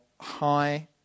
high